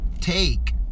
take